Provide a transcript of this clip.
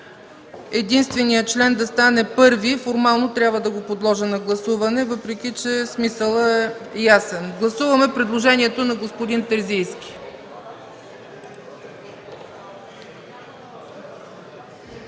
единственият член да стане чл. 1. Формално трябва да го подложа на гласуване, въпреки че смисълът е ясен. Гласуваме предложението на господин Терзийски